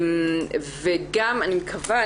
גם אני מקווה,